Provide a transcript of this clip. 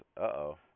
uh-oh